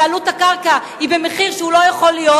ועלות הקרקע היא במחיר שהוא לא יכול להיות,